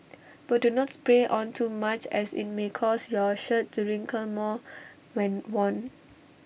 but do not spray on too much as IT may cause your shirt to wrinkle more when worn